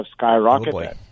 skyrocketed